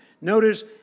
Notice